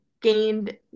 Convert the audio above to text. gained